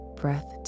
breath